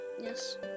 yes